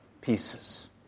pieces